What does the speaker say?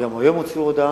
גם הוציאו הודעה,